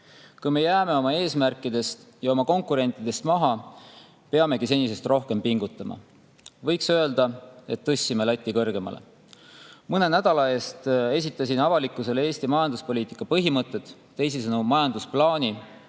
kui me jääme oma eesmärkidest ja oma konkurentidest maha, peamegi senisest rohkem pingutama. Võiks öelda, et tõstsime lati kõrgemale. Mõne nädala eest esitasin avalikkusele Eesti majanduspoliitika põhimõtted, teisisõnu majandusplaani,